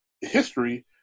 history